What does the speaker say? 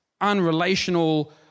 unrelational